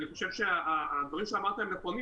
אני חושב שהדברים שאמרת נכונים,